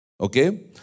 Okay